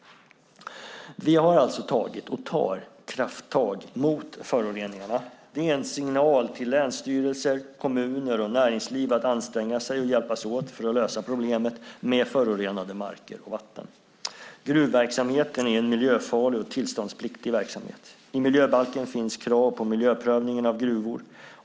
Vi har alltså tagit, och tar, krafttag mot föroreningarna. Det är en signal till länsstyrelser, kommuner och näringsliv att anstränga sig och hjälpas åt för att lösa problemet med förorenade marker och vatten. Gruvverksamheten är en miljöfarlig och tillståndspliktig verksamhet. I miljöbalken finns krav på miljöprövningen av gruvor.